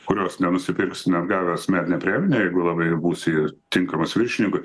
kurios nenusipirksi net gavęs metinę premiją net jeigu labai būsi tinkamas viršininkui